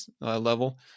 level